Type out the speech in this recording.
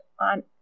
on